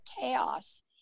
chaos